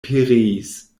pereis